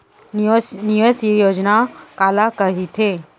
निवेश योजना काला कहिथे?